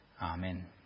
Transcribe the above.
Amen